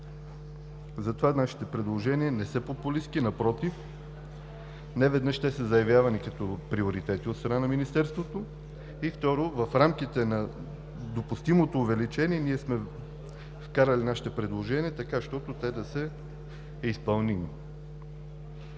Затова нашите предложения не са популистки, напротив, неведнъж те са заявявани като приоритети от страна на Министерството. Второ, в рамките на допустимото увеличение, ние сме вкарали нашите предложения, така защото те да са изпълними.